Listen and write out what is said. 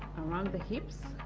around the hips.